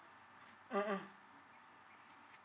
mmhmm